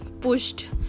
pushed